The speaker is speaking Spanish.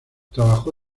trabajó